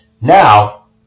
now